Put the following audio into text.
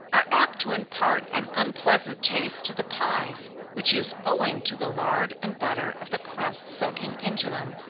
are apt to impart an unpleasant taste to the pies, which is owing to the lard and butter of the crust soaking into them,